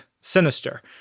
Sinister